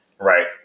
Right